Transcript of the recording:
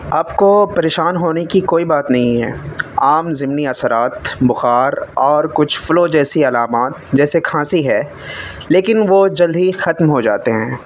آپ کو پریشان ہونے کی کوئی بات نہیں ہے عام ضمنی اثرات بخار اور کچھ فلو جیسی علامات جیسے کھانسی ہے لیکن وہ جلد ہی ختم ہو جاتے ہیں